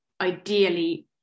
ideally